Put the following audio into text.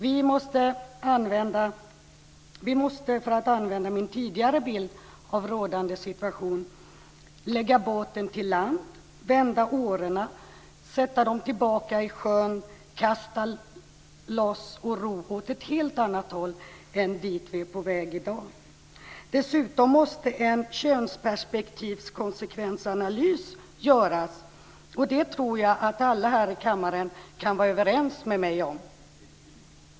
Vi måste, för att använda min tidigare bild av rådande situation, lägga båten till land, vända årorna, sätta dem tillbaka i sjön, kasta loss och ro åt ett helt annat håll än dit vi är på väg i dag! Dessutom måste en könsperspektivskonsekvensanalys göras - det tror jag att alla här i kammaren är överens med mig om.